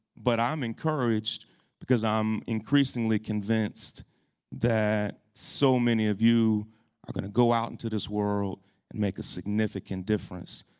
but i'm encouraged because i'm increasingly convinced that so many of you are going to go out into this world and make a significant difference.